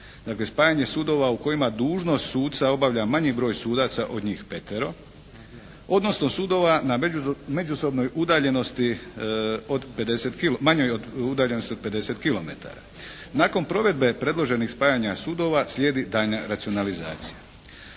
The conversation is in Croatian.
spajanje sudova u kojima dužnost suca obavlja manji broj sudaca od njih petero, odnosno sudova na međusobnoj udaljenosti od, manjoj udaljenosti od 50 kilometara. Nakon provedbe predloženih spajanja sudova slijedi daljnja racionalizacija.